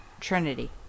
Trinity